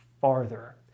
farther